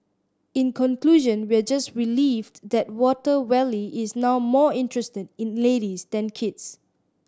in conclusion we are just relieved that Water Wally is now more interested in ladies than kids